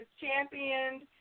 championed